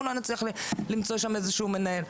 אולי נצליח למצוא שם איזשהו מנהל.